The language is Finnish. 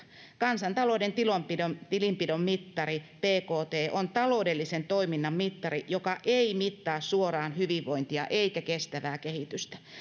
kansantalouden tilinpidon tilinpidon mittari bkt on taloudellisen toiminnan mittari joka ei mittaa suoraan hyvinvointia eikä kestävää kehitystä